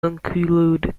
include